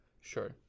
Sure